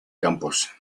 campos